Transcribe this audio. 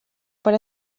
per